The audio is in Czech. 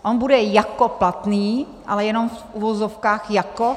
On bude jako platný, ale jenom v uvozovkách jako.